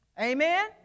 Amen